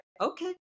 okay